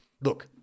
look –